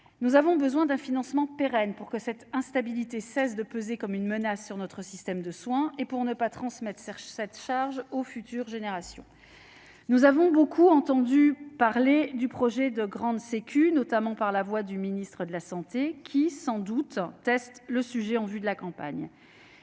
Nous avons besoin d'un financement pérenne pour que cette instabilité cesse de peser comme une menace sur notre système de soins, et pour ne pas transmettre cette charge aux futures générations. Nous avons beaucoup entendu parler du projet de « grande sécu », notamment par la voix du ministre de la santé, qui teste sans doute ce sujet en vue de la campagne